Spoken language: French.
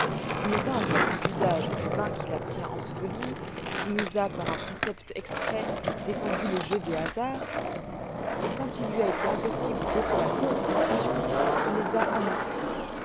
il nous a interdit l'usage du vin qui la tient ensevelie il nous a par un précepte exprès défendu les jeux de hasard et quand il lui a été impossible d'ôter la cause des passions il les a amorties